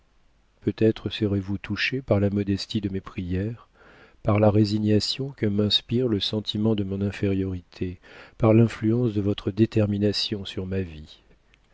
peut-être serez-vous touchée par la modestie de mes prières par la résignation que m'inspire le sentiment de mon infériorité par l'influence de votre détermination sur ma vie